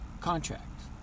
contract